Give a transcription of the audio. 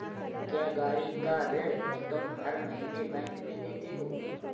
क्या, गाड़ी का ऋण तुम हर महीने बैंक में देते हो?